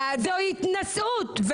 זו התנשאות,